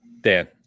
Dan